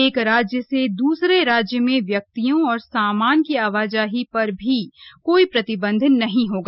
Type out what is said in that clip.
एक राज्य से दूसरे राज्य में व्यक्तियों और सामान की आवाजाही पर भी कोई प्रतिबंध नहीं होगा